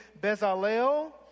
Bezalel